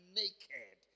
naked